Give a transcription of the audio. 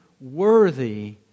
worthy